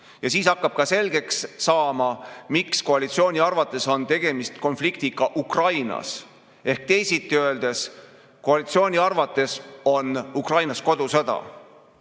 Ja siis hakkab ka selgeks saama, miks koalitsiooni arvates on tegemist konfliktiga Ukrainas. Ehk teisiti öeldes, koalitsiooni arvates on Ukrainas kodusõda.